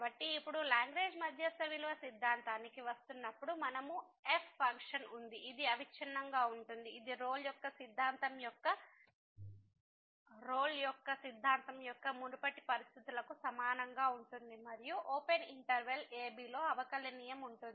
కాబట్టి ఇప్పుడు లాగ్రేంజ్ మధ్యస్థ విలువ సిద్ధాంతానికి వస్తున్నప్పుడు మనకు ఎఫ్ ఫంక్షన్ ఉంది ఇది అవిచ్ఛిన్నంగా ఉంటుంది ఇది రోల్ యొక్క సిద్ధాంతం యొక్క మునుపటి పరిస్థితులకు సమానంగా ఉంటుంది మరియు ఓపెన్ ఇంటర్వెల్ a bలో అవకలనియమం ఉంటుంది